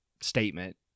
statement